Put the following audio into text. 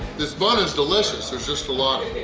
this bun is delicious, there's just a lot of